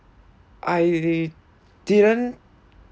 I didn't